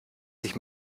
sich